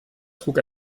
trug